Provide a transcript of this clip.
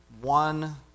one